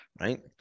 right